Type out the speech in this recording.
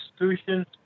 institutions